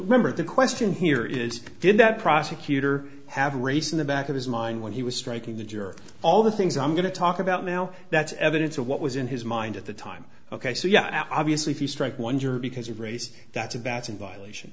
remember the question here is did that prosecutor have race in the back of his mind when he was striking the juror all the things i'm going to talk about now that's evidence of what was in his mind at the time ok so yeah obviously if you strike one juror because of race that's a batson violation